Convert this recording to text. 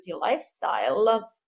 lifestyle